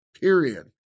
Period